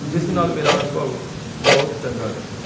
ਜਿਸ ਨਾਲ ਮੇਰਾ ਅਨੁਭਵ ਬਹੁਤ ਚੰਗਾ ਰਿਹਾ